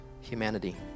humanity